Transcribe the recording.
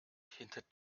hinter